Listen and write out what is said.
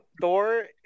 Thor